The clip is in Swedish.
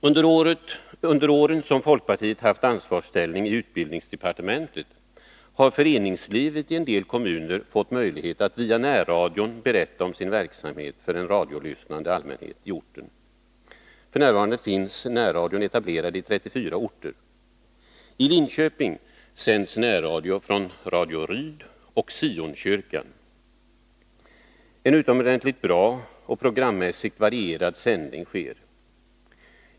Under de år då folkpartiet har haft ansvaret i utbildningsdepartementet har föreningslivet i en del kommuner fått möjlighet att via närradion berätta om sin verksamhet för en radiolyssnande allmänhet i orten. F. n. finns närradion etablerad i 34 orter. I Linköping sänds närradio från Radio Ryd och Sionkyrkan. Det är en utomordentligt bra och programmässigt varierad sändningsverksamhet.